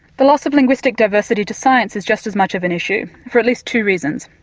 the loss of linguistic diversity to science is just as much of an issue for at least two reasons.